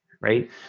right